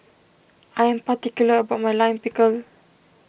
I am particular about my Lime Pickle